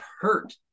hurt